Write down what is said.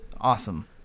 awesome